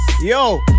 Yo